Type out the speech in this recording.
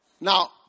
Now